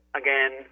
again